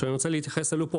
ואני רוצה להתייחס, העלו פה